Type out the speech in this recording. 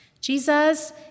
Jesus